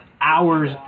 hours